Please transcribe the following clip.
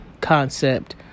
concept